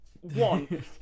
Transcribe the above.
one